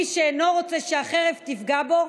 מי שאינו רוצה שהחרב תפגע בו,